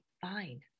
fine